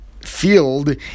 field